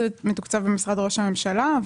זה מתוקצב במשרד ראש הממשלה,